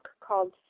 called